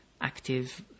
active